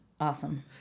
Awesome